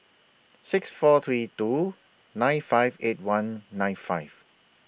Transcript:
six four three two nine five eight one nine five